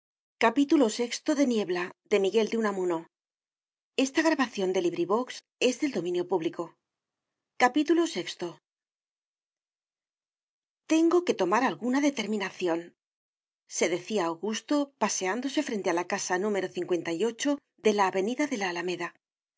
tengo que tomar alguna determinaciónse decía augusto paseándose frente a la casa número y de la avenida de la alameda